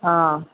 ஆ